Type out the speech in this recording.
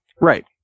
Right